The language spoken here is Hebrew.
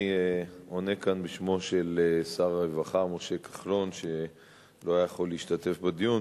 אני עונה כאן בשמו של שר הרווחה משה כחלון שלא היה יכול להשתתף בדיון,